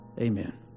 amen